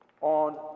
on